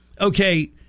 Okay